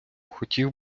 хотів